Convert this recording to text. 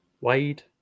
Wade